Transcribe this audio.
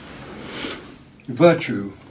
Virtue